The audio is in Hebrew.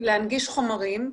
להנגיש חומרים,